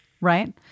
right